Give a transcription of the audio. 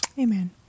Amen